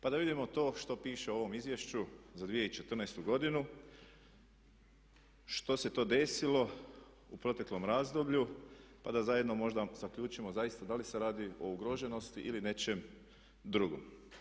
Pa da vidimo to što piše u ovom Izvješću za 2014. godinu što se to desilo u proteklom razdoblju pa da zajedno možda zaključimo zaista da li se radi o ugroženosti ili nečem drugom.